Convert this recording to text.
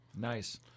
Nice